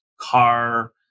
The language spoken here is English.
car